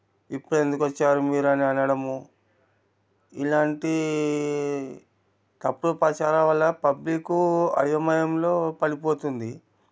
ఇప్పుడెందుకొచ్చారు మీరని అనడము ఇలాంటి తప్పుడు ప్రచారం వల్ల పబ్లికు అయోమయంలో పడిపోతుంది